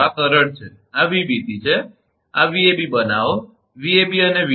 આ સરળ છે આ 𝑉𝑏𝑐 છે આ છે 𝑉𝑎𝑏 બનાવો 𝑉𝑎𝑏 અને 𝑉𝑐𝑎